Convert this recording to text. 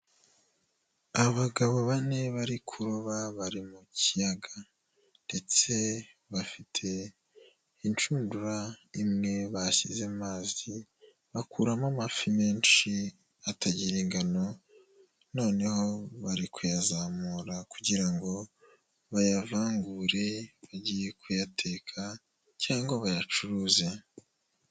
Abagabo bane bari kuroba bari mu kiyaga, ndetse bafite inshundura imwe bashyze mu mazi bakuramo amafi menshi atagira ingano, noneho bari kuyazamura kugira ngo bayavangure bagiye kuyateka cyangwa bayacuruze.